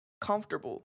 comfortable